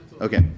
Okay